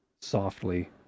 softly